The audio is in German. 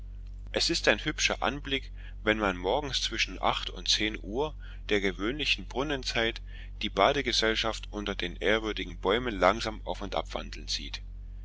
es ist ein hübscher anblick wenn man morgens zwischen acht und zehn uhr der gewöhnlichen brunnenzeit die badegesellschaft unter den ehrwürdigen bäumen langsam auf und ab wandeln sieht